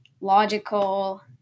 logical